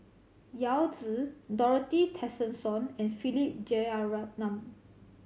Yao Zi Dorothy Tessensohn and Philip Jeyaretnam